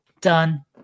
done